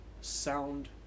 sound